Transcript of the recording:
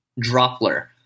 Dropler